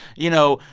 you know,